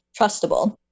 trustable